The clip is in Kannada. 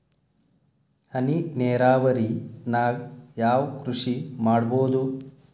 ಹನಿ ನೇರಾವರಿ ನಾಗ್ ಯಾವ್ ಕೃಷಿ ಮಾಡ್ಬೋದು?